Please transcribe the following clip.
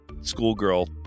schoolgirl